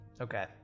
Okay